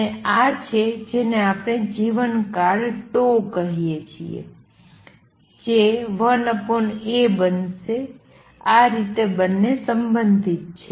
અને આ છે જેને આપણે જીવનકાળ કહીએ છીએ જે 1 A બનશે આ રીતે બંને સંબંધિત છે